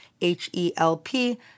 H-E-L-P